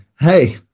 Hey